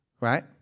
right